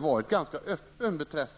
varit ganska öppen i svaret.